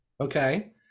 Okay